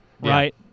right